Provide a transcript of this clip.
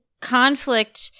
conflict